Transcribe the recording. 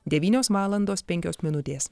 devynios valandos penkios minutės